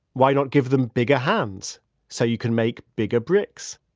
why not give them bigger hands so you can make bigger bricks?